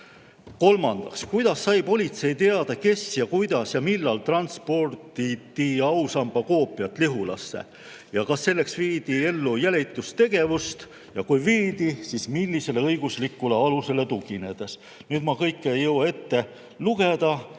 Kolmandaks: kuidas sai politsei teada, kes ja kuidas ja millal transportis ausamba koopiat Lihulasse? Kas selleks viidi ellu jälitustegevust ja kui viidi, siis millisele õiguslikule alusele tuginedes? Ma kõike ei jõua ette lugeda,